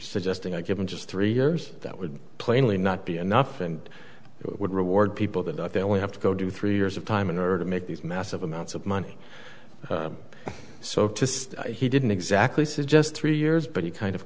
suggesting i give him just three years that would plainly not be enough and it would reward people that i think only have to go do three years of time in order to make these massive amounts of money so he didn't exactly suggest three years but he kind of